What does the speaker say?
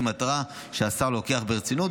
היא מטרה שהשר לוקח ברצינות,